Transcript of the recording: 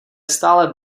stále